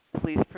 Please